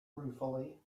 ruefully